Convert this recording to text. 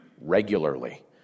regularly